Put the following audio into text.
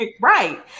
right